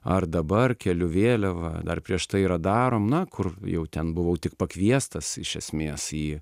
ar dabar keliu vėliavą dar prieš tai yra darom na kur jau ten buvau tik pakviestas iš esmės į